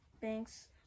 Thanks